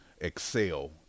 excel